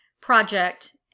project